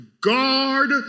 guard